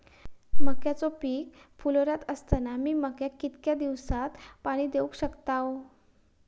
मक्याचो पीक फुलोऱ्यात असताना मी मक्याक कितक्या दिवसात पाणी देऊक शकताव?